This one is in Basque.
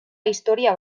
historia